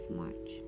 march